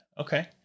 Okay